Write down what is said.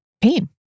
pain